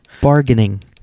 Bargaining